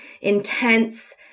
intense